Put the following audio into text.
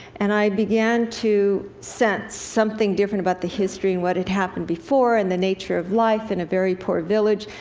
and i began to sense something different about the history, and what had happened before, and the nature of life in a very poor village,